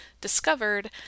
discovered